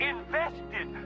invested